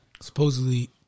supposedly